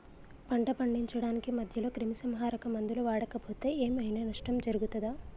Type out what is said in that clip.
పంట పండించడానికి మధ్యలో క్రిమిసంహరక మందులు వాడకపోతే ఏం ఐనా నష్టం జరుగుతదా?